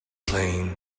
slain